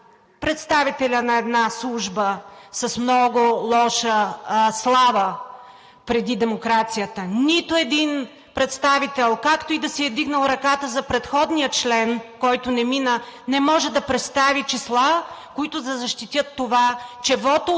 представителя на една служба с много лоша слава преди демокрацията. Нито един представител, както и да си е вдигнал ръката за предходния член, който не мина, не може да представи числа, които да защитят това, че вотът